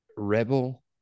rebel